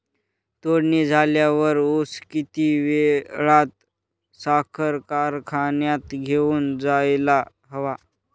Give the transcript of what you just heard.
तोडणी झाल्यावर ऊस किती वेळात साखर कारखान्यात घेऊन जायला हवा?